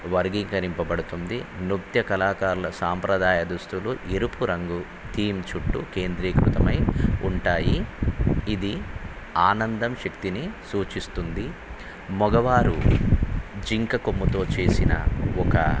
వర్గీకరింపబడుతుంది నృత్య కళాకారుల సాంప్రదాయ దుస్తులు ఎరుపు రంగు థీమ్ చుట్టూ కేంద్రీకృతమై ఉంటాయి ఇది ఆనందం శక్తిని సూచిస్తుంది మగవారు జింక కొమ్ముతో చేసిన ఒక